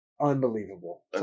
Unbelievable